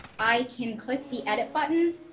i can click the edit button.